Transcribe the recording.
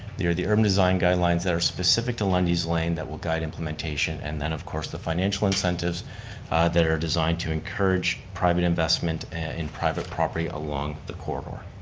are the urban design guidelines that are specific to lundy's lane that will guide implementation and then of course, the financial incentives that are designed to encourage private investment in private property along the corridor.